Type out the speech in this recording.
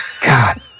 God